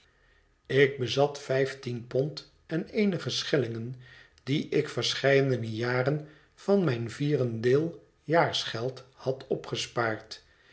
ik bezat vijftien pond en eenige schellingen die ik verscheidene jaren van mijn vierendeeljaarsgeld had opgespaard